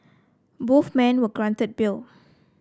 both men were granted bail